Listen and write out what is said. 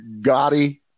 Gotti